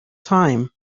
time